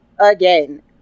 again